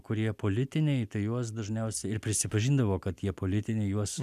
kurie politiniai tai juos dažniausiai ir prisipažindavo kad jie politiniai juos